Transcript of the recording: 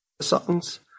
songs